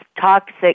toxic